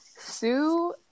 sue